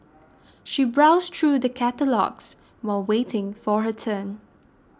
she browsed through the catalogues while waiting for her turn